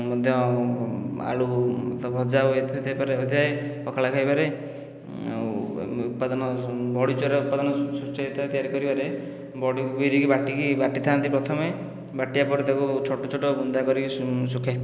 ମଧ୍ୟ ଆଳୁ ତ ଭଜା ହୋଇଥାଇ ପାରେ ହୋଇଥାଏ ପଖାଳ ଖାଇବାରେ ଆଉ ଉପାଦାନ ବଡ଼ି ଚୁରା ଉପାଦାନ ସୃଷ୍ଟି ହୋଇଥାଏ ତିଆରି କରିବାରେ ବଡ଼ି ବିରି କି ବାଟିକି ବାଟି ଥାଆନ୍ତି ପ୍ରଥମେ ବାଟିବା ପରେ ତାକୁ ଛୋଟ ଛୋଟ ବୁନ୍ଦା କରିକି ସୁଖେ